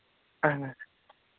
اَہَن حظ